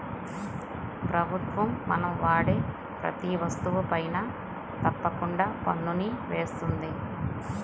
ప్రభుత్వం మనం వాడే ప్రతీ వస్తువుపైనా తప్పకుండా పన్నుని వేస్తుంది